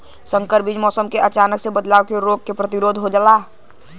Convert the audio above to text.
संकर बीज मौसम क अचानक बदलाव और रोग के प्रतिरोधक होला